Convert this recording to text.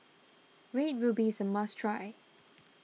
Red Ruby is a must try